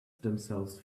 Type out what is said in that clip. themselves